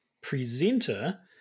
Presenter